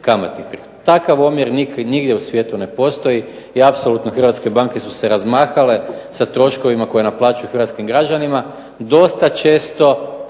kamatnih prihoda. Takav omjer nigdje u svijetu ne postoji i apsolutno hrvatske banke su se razmahale sa troškovima koje naplaćuju hrvatskim građanima. Dosta često,